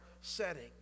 setting